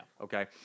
Okay